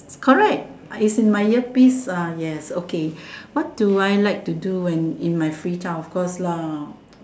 correct it's in my ear piece uh yes okay what do I like to do in my free time of course lah